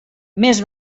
més